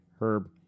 Herb